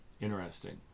Interesting